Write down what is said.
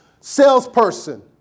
salesperson